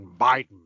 Biden